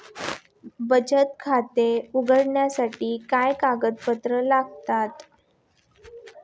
बचत खाते उघडण्यासाठी काय कागदपत्रे लागतात?